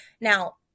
Now